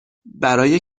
برای